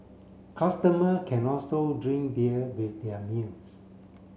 customer can also drink beer with their meals